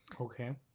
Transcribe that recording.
Okay